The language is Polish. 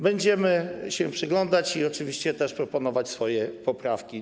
Będziemy się przyglądać i oczywiście proponować swoje poprawki.